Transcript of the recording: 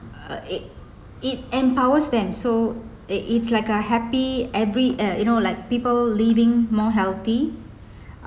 uh it it empowers them so it it's like a happy every uh you know like people living more healthy